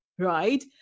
Right